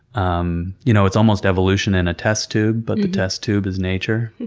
um you know, it's almost evolution in a test tube, but the test tube is nature.